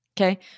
Okay